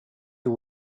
you